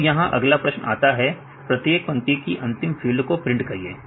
तो अब यहां अगला प्रश्न आता है प्रत्येक पंक्ति की अंतिम फील्ड को प्रिंट करिए